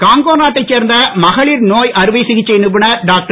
Congo நாட்டை சேர்ந்த மகளிர் நோய் அறுவை சிகிச்சை நிபுணர் டாக்டர்